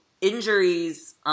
injuries